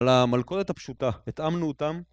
למלכודת הפשוטה, התאמנו אותם